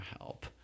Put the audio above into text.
help